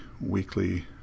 weekly